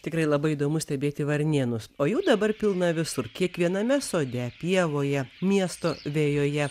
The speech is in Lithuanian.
tikrai labai įdomu stebėti varnėnus o jų dabar pilna visur kiekviename sode pievoje miesto vejoje